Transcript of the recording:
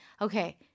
okay